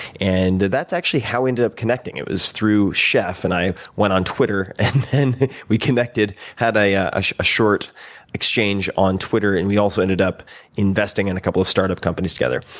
and that's actually how we ended up connecting. it was through chef, and i went on twitter, and then we connected. had a ah ah a short exchange on twitter, and we also ended up investing in a couple of startup companies together.